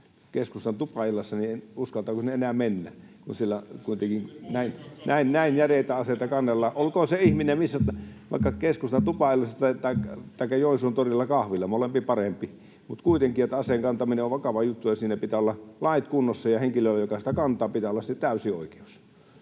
[Juha Mäenpää: Ei sinne muutenkaan kannata mennä!] kun siellä kuitenkin näin järeitä aseita kannellaan. Olkoon se ihminen missä tahansa, vaikka keskustan tupaillassa taikka Joensuun torilla kahvilla — molempi parempi — kuitenkin aseen kantaminen on vakava juttu ja siinä pitää olla lait kunnossa, ja henkilöllä, joka sitä kantaa, pitää olla siihen täysi oikeus.